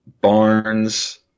Barnes